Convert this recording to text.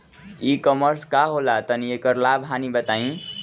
ई कॉमर्स का होला तनि एकर लाभ हानि बताई?